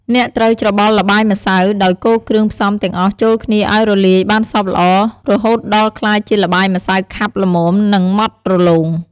អ្នកត្រូវច្របល់ល្បាយម្សៅ ដោយកូរគ្រឿងផ្សំទាំងអស់ចូលគ្នាឱ្យរលាយបានសព្វល្អ រហូតដល់ក្លាយជាល្បាយម្សៅខាប់ល្មម និងម៉ដ្ឋរលោង។